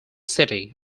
city